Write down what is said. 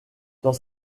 dans